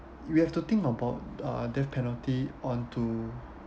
you have to think about uh death penalty onto